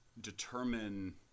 determine